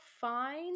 fine